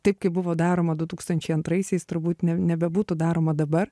taip kaip buvo daroma du tūkstančiai antraisiais turbūt ne nebebūtų daroma dabar